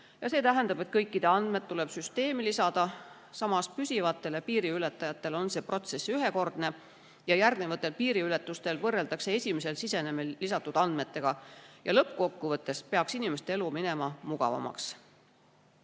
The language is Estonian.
ja see tähendab, et kõikide andmed tuleb süsteemi lisada. Püsivatele piiriületajatele on see protsess aga ühekordne, järgmistel piiriületustel võrreldakse andmeid esimesel sisenemisel antud andmetega ja lõppkokkuvõttes peaks inimeste elu minema mugavamaks.